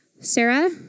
Sarah